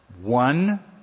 One